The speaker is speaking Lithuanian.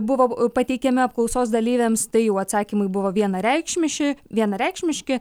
buvo pateikiami apklausos dalyviams tai jau atsakymai buvo vienareikšmiši vienareikšmiški